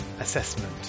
assessment